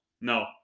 No